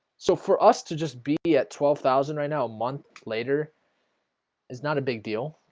so for us to just be at twelve thousand right now a month later is not a big deal.